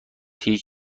هیچ